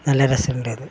നല്ല രസമുണ്ടെന്ന്